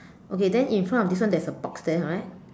okay then in front of this one there is a box there right